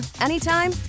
anytime